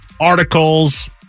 articles